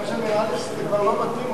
כי נראה לי שזה כבר לא מתאים.